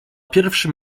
pierwszym